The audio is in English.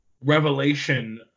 revelation